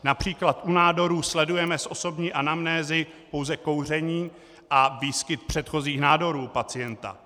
Například u nádorů sledujeme z osobní anamnézy pouze kouření a výskyt předchozích nádorů u pacienta.